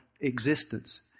existence